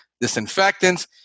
disinfectants